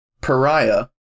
pariah